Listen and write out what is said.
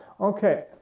Okay